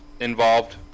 involved